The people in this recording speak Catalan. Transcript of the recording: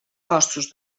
costos